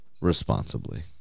responsibly